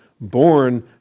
born